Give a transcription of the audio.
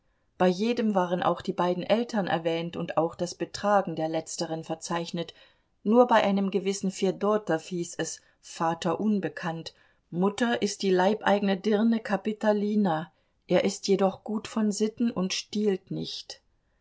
bei jedem waren auch die beiden eltern erwähnt und auch das betragen der letzteren verzeichnet nur bei einem gewissen fedotow hieß es vater unbekannt mutter ist die leibeigene dirne kapitolina er ist jedoch gut von sitten und stiehlt nicht